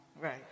right